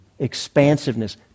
expansiveness